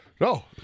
No